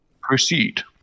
proceed